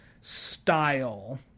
style